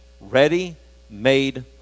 ready-made